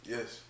Yes